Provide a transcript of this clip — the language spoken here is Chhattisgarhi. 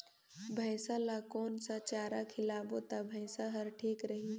भैसा ला कोन सा चारा खिलाबो ता भैंसा हर ठीक रही?